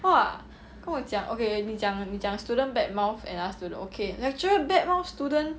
!wah! 跟我讲 okay 你讲你讲 student bad mouth another student okay lecturer bad mouth student